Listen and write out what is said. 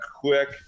quick